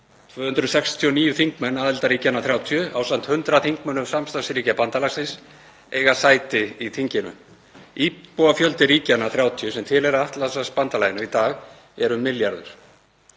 269 þingmenn aðildarríkjanna 30 ásamt 100 þingmönnum samstarfsríkja bandalagsins eiga sæti í þinginu. Íbúafjöldi ríkjanna 30 sem tilheyra Atlantshafsbandalaginu í dag er um milljarður.